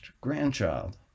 grandchild